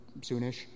soonish